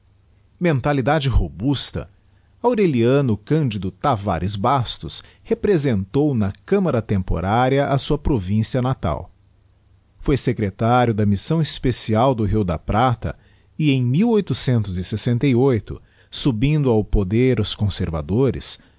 mentalidade robusta aureliano cândido tavares bastos representou na camará temporária a sua provinda natal foi secretario da missão especial do rio da prata e em subindo ao poder os conservadores